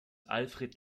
alfred